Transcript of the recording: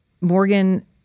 Morgan